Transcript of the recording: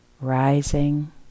rising